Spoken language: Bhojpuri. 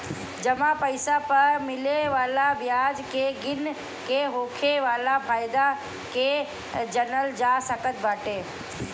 जमा पईसा पअ मिले वाला बियाज के गिन के होखे वाला फायदा के जानल जा सकत बाटे